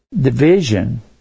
division